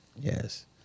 Yes